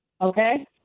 Okay